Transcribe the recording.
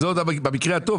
זה עוד במקרה הטוב.